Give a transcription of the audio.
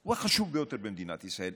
הוא החשוב ביותר במדינת ישראל,